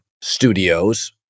studios